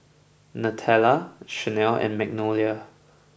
Nutella Chanel and Magnolia